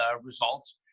results